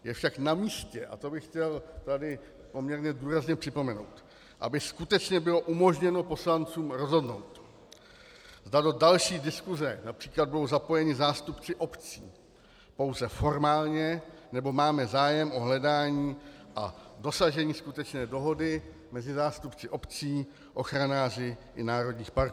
Je však namístě, a to bych tady chtěl poměrně důrazně připomenout, aby skutečně bylo umožněno poslancům rozhodnout, zda do další diskuse například budou zapojeni zástupci obcí pouze formálně, nebo máme zájem o hledání a dosažení skutečné dohody mezi zástupci obcí, ochranáři i národních parků.